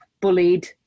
bullied